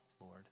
Lord